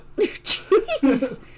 Jeez